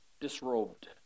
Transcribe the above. disrobed